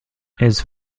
his